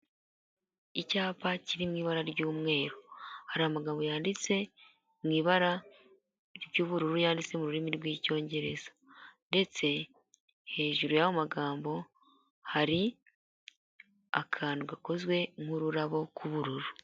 Icyapa kiri mu ibara ry'umweru hari amagambo yanditse mu ibara ry'ubururu yanditse mu rurimi rw'icyongereza ndetse hejuru y'amagambo hari akantu gakozwe nk'ururabo k'ubururu.